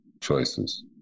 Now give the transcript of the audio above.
choices